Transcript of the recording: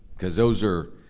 because those are